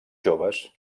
joves